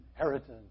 inheritance